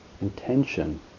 intention